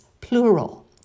plural